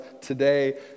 today